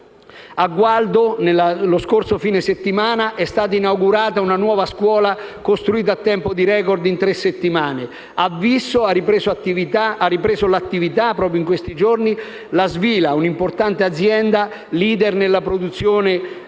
A Gualdo, lo scorso fine settimana, è stata inaugurata una nuova scuola costruita a tempo di *record*, in tre settimane. A Visso ha ripreso l'attività, proprio in questi giorni, la Svila, una importante azienda *leader* nella produzione di